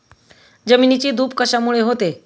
जमिनीची धूप कशामुळे होते?